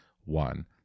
one